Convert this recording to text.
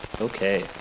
Okay